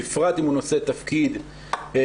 בפרט אם הוא נושא תפקיד ציבורי,